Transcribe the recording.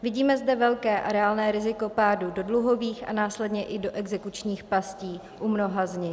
Vidíme zde velké a reálné riziko pádu do dluhových a následně i do exekučních pastí u mnoha z nich.